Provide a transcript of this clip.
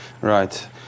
Right